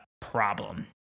problem